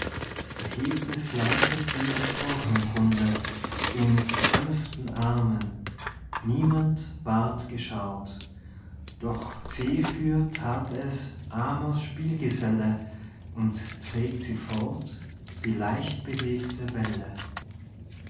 da hebt es leise sie empor vom grunde in sanften armen niemand ward geschaut doch zephyr that es amors spielgeselle und trägt sie fort wie leichtbewegte welle